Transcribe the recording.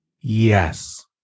Yes